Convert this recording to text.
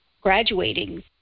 graduating